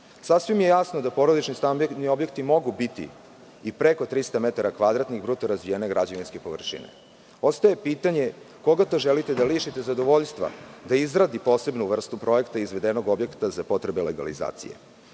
Sasvim je jasno da porodični stambeni objekti mogu biti i preko 300 metara kvadratnih bruto razvijene građevinske površine. Ostaje pitanje koga to želite da lišite zadovoljstva da izradi posebnu vrstu projekta izvedenog objekta za potrebe legalizacije? Takođe,